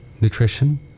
Nutrition